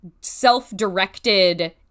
self-directed